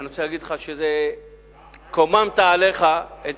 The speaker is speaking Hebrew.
שקוממת עליך,